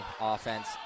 offense